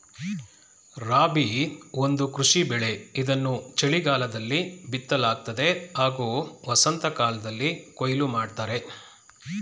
ರಾಬಿ ಒಂದು ಕೃಷಿ ಬೆಳೆ ಇದನ್ನು ಚಳಿಗಾಲದಲ್ಲಿ ಬಿತ್ತಲಾಗ್ತದೆ ಹಾಗೂ ವಸಂತಕಾಲ್ದಲ್ಲಿ ಕೊಯ್ಲು ಮಾಡ್ತರೆ